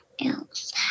else